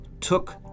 took